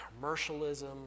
commercialism